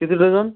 किती डझन